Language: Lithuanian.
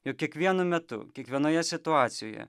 juk kiekvienu metu kiekvienoje situacijoje